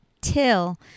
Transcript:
till